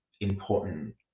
important